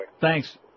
Thanks